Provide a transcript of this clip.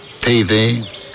TV